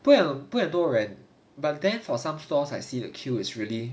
不会很多人 but then for some floors I see the queue is really